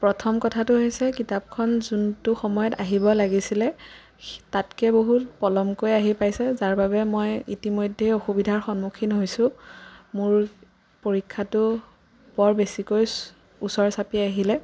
প্ৰথম কথাটো হৈছে কিতাপখন যোনটো সময়ত আহিব লাগিছিলে তাতকৈ বহুত পলমকৈ আহি পাইছে যাৰ বাবে মই ইতিমধ্যে অসুবিধাৰ সন্মুখীন হৈছোঁ মোৰ পৰীক্ষাটো বৰ বেছিকৈ ওচৰ চাপি আহিলে